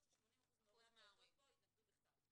ש-80% מההורים לפעוטות בו התנגדו בכתב".